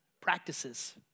Practices